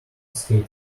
skater